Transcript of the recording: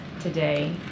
today